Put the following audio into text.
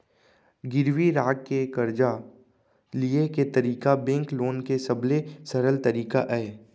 गिरवी राख के करजा लिये के तरीका बेंक लोन के सबले सरल तरीका अय